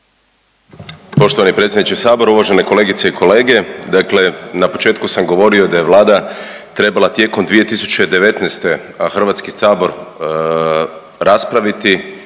Poštovani predsjedniče sabora, uvažene kolegice i kolege, dakle na početku sam govorio da je Vlada trebala tijekom 2019., a Hrvatski sabor raspraviti